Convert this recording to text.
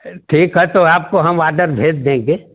ठीक है तो आपको हम आडर भेज देंगे